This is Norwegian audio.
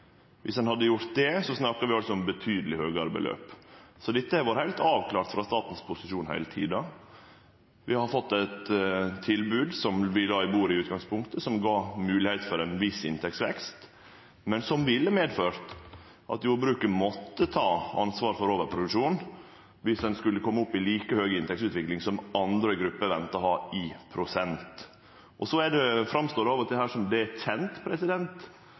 Viss ein hadde gjort det, snakkar vi altså om betydeleg høgare beløp. Dette har vore heilt avklart frå staten sin posisjon heile tida. Ein har fått eit tilbod som vi la på bordet i utgangspunktet, som gjorde det mogleg med ein viss inntektsvekst, men som ville medført at jordbruket måtte ta ansvar for overproduksjon viss ein skulle kome opp i ei like høg inntektsutvikling som andre grupper måtte ha, i prosent. Det framstår av og til her som om det er kjent